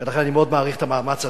לכן אני מאוד מעריך את המאמץ הזה,